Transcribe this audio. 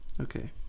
Okay